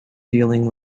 dealing